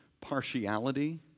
partiality